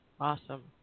Awesome